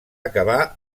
acabar